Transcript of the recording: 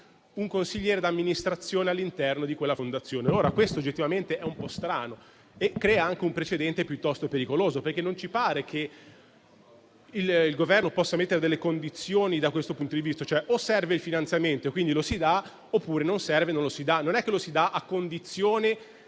un consigliere d'amministrazione all'interno della Fondazione. Questo oggettivamente è un po' strano e crea anche un precedente piuttosto pericoloso, perché non ci pare che il Governo possa mettere delle condizioni da questo punto di vista: o serve il finanziamento e quindi lo si dà, oppure non serve e non lo si dà; non è che lo si dà a condizione